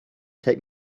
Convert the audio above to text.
take